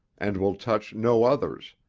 and will touch no others,